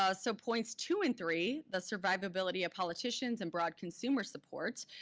ah so points two and three, the survivability of politicians and broad consumer support.